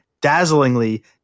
dazzlingly